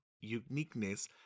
uniqueness